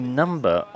number